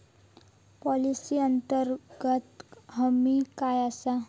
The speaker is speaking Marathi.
पॉलिसी अंतर्गत हमी काय आसा?